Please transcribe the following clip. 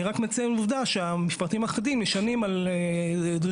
אני רק מציין עובדה שהמפרטים האחידים נשענים על דרישות